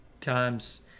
times